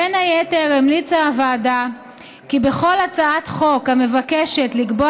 בין היתר המליצה הוועדה כי בכל הצעת חוק המבקשת לקבוע